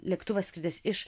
lėktuvas skridęs iš